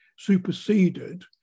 superseded